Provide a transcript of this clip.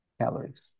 calories